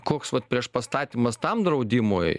koks vat priešpastatymas tam draudimui